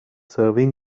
serving